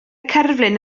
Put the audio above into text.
cerflun